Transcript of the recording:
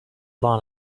long